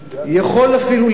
יכול אפילו להיות.